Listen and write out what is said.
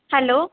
hello